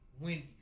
Wendy's